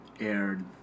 aired